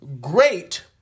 great